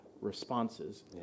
Responses